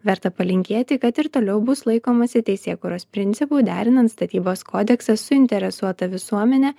verta palinkėti kad ir toliau bus laikomasi teisėkūros principų derinant statybos kodeksą suinteresuotą visuomenė